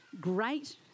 great